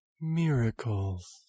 Miracles